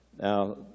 Now